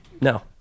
No